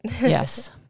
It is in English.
Yes